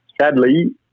Sadly